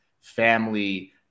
family